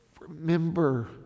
Remember